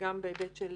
גם בהיבט של